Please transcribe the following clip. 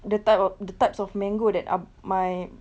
the type o~ the types of mango that ah my